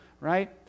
right